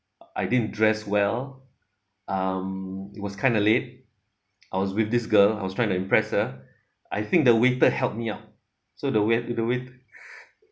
I didn't dress well um it was kind of late I was with this girl I was trying to impress her I think the waiter helped me out so the wait~ the wait~